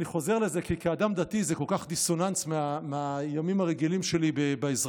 אני חוזר לזה כי כאדם דתי זה כל כך דיסוננס מהימים הרגילים שלי באזרחות,